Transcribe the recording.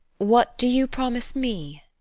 what do you promise me?